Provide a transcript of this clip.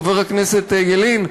חבר הכנסת ילין,